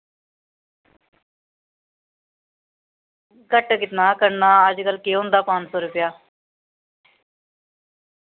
घट्ट किन्ना करना अज्जकल केह् होंदा पंज सौ रपेआ